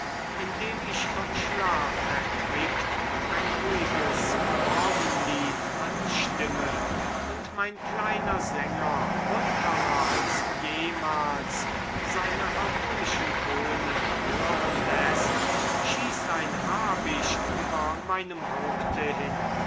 indem ich vom schlaf erquickt ein ruhiges morgenlied anstimme und mein kleiner sänger munterer als jemals seine harmonischen töne hören läßt schießt ein habicht über meinem haupte hin